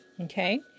Okay